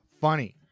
funny